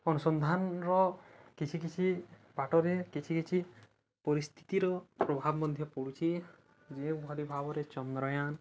ଅନୁସନ୍ଧାନର କିଛି କିଛି ପାଟରେ କିଛି କିଛି ପରିସ୍ଥିତିର ପ୍ରଭାବ ମଧ୍ୟ ପଡ଼ୁଛି ଯେଉଁଭଳି ଭାବରେ ଚନ୍ଦ୍ରୟାନ